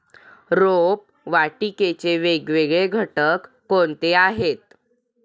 रोपवाटिकेचे वेगवेगळे घटक कोणते आहेत?